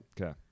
Okay